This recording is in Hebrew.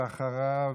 ואחריו,